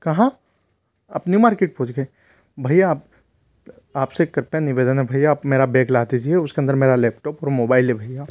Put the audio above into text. कहाँ आप नहीं मार्किट पहुँच गए भईया आपसे कृपया निवेदन है भईया आप मेरा बेग ला दीजिए उसके अंदर मेरा लेपटॉप और मोबाइल है भईया